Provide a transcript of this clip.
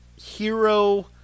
hero